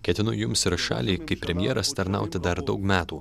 ketinu jums ir šaliai kaip premjeras tarnauti dar daug metų